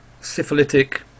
syphilitic